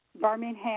Birmingham